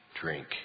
drink